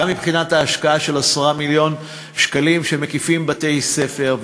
גם מבחינת ההשקעה של 10 מיליון שקלים שמקיפים בתי-ספר,